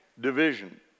division